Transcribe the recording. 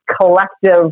collective